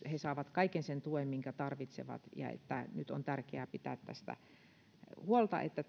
he saavat kaiken sen tuen minkä tarvitsevat ja että nyt on tärkeää pitää huolta siitä että